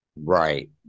Right